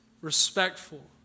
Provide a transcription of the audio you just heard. respectful